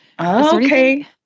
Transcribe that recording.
Okay